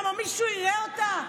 למה, מישהו יראה אותך?